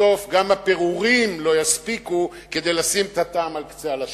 בסוף גם הפירורים לא יספיקו כדי לשים את הטעם על קצה הלשון.